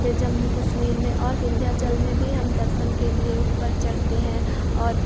पर जम्मू कश्मीर में और विंध्याचल में भी हम दर्शन के लिए ऊपर चढ़ते हैं और